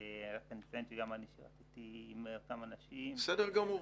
אני אציין שגם אני שירתִּי עם אותם אנשים -- בסדר גמור.